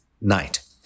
night